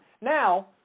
Now